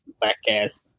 black-ass